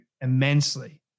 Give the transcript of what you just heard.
immensely